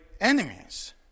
enemies